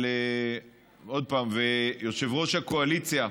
יושב-ראש הקואליציה,